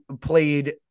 played